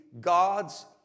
God's